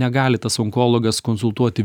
negali tas onkologas konsultuoti